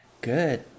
good